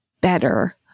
better